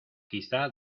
quizá